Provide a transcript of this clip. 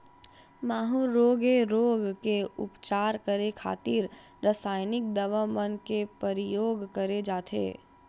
माहूँ रोग ऐ रोग के उपचार करे खातिर रसाइनिक दवा मन के परियोग करे जाथे